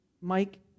mike